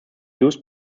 used